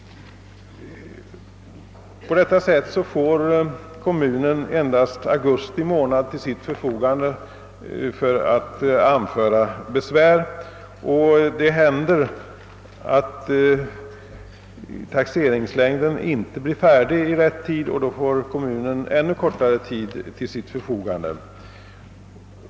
Kommunen har därför endast augusti månad på sig för att anföra besvär. Det händer även att taxeringslängden inte blir färdig i rätt tid, och då får kommunen ännu kortare tid till sitt förfogande.